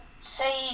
say